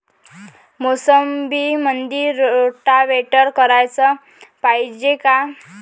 मोसंबीमंदी रोटावेटर कराच पायजे का?